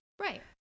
Right